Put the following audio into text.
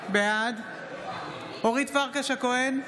בעד אורית פרקש הכהן,